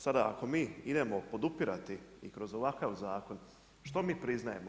Sada ako mi idemo podupirati i kroz ovakav zakon, što mi priznajemo?